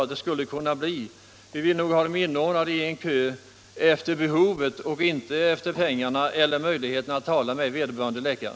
Vi vill ha patienterna inordnade i köer alltefter behoven, inte efter tillgång till pengar eller möjligheter att tala med vederbörande läkare.